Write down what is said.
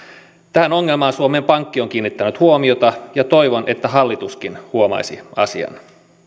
tähän ongelmaan suomen pankki on kiinnittänyt huomiota ja toivon että hallituskin huomaisi asian